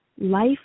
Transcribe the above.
life